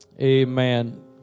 amen